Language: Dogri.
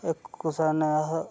इक कुसै ने अस